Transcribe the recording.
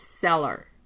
seller